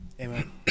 Amen